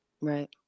Right